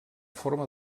forma